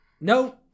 No